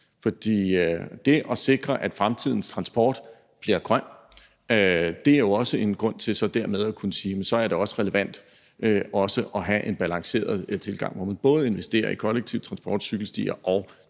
For det at sikre, at fremtidens transport bliver grøn, er jo også en grund til dermed at sige, at så er det relevant at have en balanceret tilgang, hvor man både investerer i kollektiv transport, cykelstier og, nå